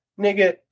nigga